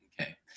okay